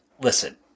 Listen